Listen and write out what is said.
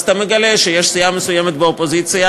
ואז אתה מגלה שיש סיעה מסוימת באופוזיציה